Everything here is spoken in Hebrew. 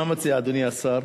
מה מציע אדוני השר?